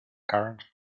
current